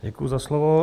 Děkuji za slovo.